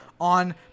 on